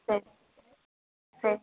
சரி சரி